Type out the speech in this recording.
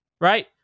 Right